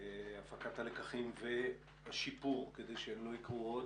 הפקת הלקחים והשיפור כדי שהן לא יקרו שוב,